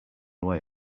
way